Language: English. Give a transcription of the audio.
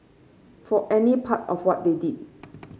for any part of what they did